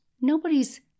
nobody's